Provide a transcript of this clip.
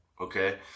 Okay